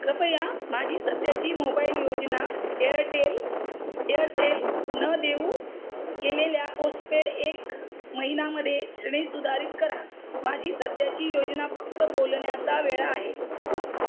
कृपया माझी सध्याची मोबाईल योजना एअरटेल एअरसेलनं देऊ केलेल्या पोस्टपेड एक महिनामध्ये श्रेणी सुधारित करा माझी सध्याची योजना फक्त बोलण्याचा वेळ आहे